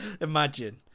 Imagine